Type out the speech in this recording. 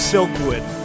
Silkwood